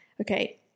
Okay